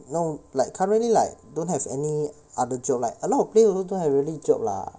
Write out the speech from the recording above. no like currently like don't have any other job like a lot of place also don't have really job lah